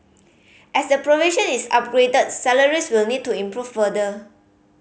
as the profession is upgraded salaries will need to improve further